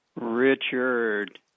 Richard